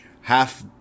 Half